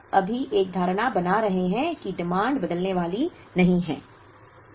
अब हम अभी एक धारणा बना रहे हैं कि डिमांड यहाँ बदलने वाली नहीं है